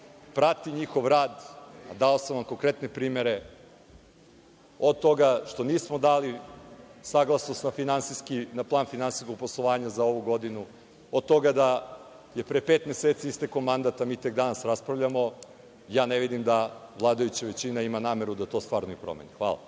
prati njihov rad, a dao sam vam konkretne primere od toga što nismo dali saglasnost na plan finansijskog poslovanja za ovu godinu, od toga da je pre pet meseci istekao mandat, a mi tek danas raspravljamo, ja ne vidim da vladajuća većina ima nameru da to stvarno i promeni. Hvala.